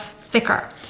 thicker